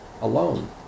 alone